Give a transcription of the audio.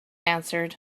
answered